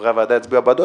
וחברי הוועדה יצביעו בעדו,